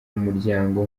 umuryango